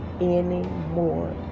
anymore